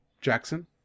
Jackson